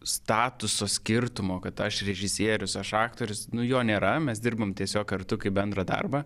statuso skirtumo kad aš režisierius aš aktorius nu jo nėra mes dirbom tiesiog kartu kaip bendra darbą